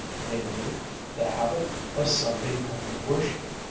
namely the habit of sunday morning worship.